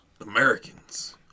Americans